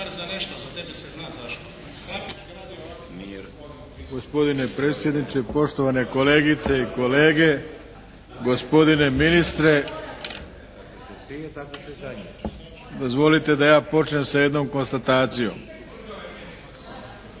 Gospodine predsjedniče, poštovane kolegice i kolege, gospodine ministre. Dozvolite da ja počnem sa jednom konstatacijom.